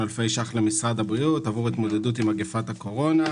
ש"ח למשרד הבריאות עבור התמודדות עם מגפת הקורונה.